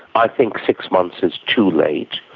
i think six months is too late.